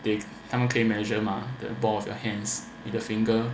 they 他们可以 measure mah the ball of your hands 你的 finger